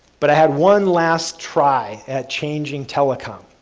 but i had one last try at changing telecom.